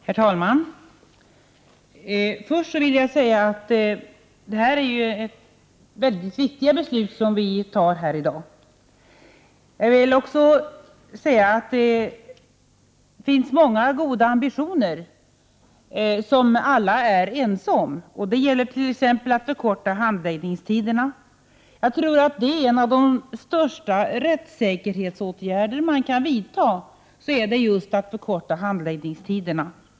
Herr talman! Först vill jag säga att det är viktiga beslut som vi fattar här i dag. Jag vill också säga att det finns många goda ambitioner, som alla är ense om, t.ex. när det gäller att förkorta handläggningstiderna. Jag tror att en av de största rättssäkerhetsåtgärder som man kan vidta är just att förkorta handläggningstiderna.